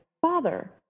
father